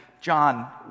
John